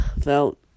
felt